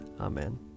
Amen